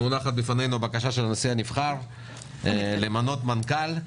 מונחת בפנינו הבקשה של הנשיא הנבחר למנות מנכ"ל.